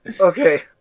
okay